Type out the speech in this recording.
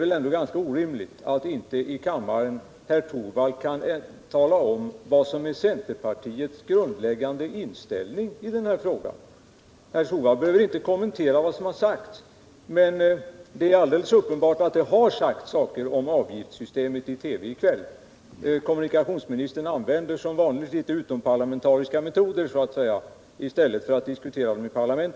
Det är bara ett par bänkar mellan herr Arne Persson och herr Torwald, men herr Torwald behöver ändå inte kommentera vad som har sagts i TV — även om det är alldeles uppenbart att det i kväll har sagts saker där om avgiftssystemet. Kommunikationsministern använder som vanligt litet utomparlamentariska metoder i stället för att diskutera frågorna här i kammaren.